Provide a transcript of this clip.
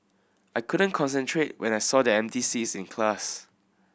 I couldn't concentrate when I saw their empty seats in class